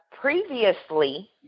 previously